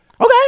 Okay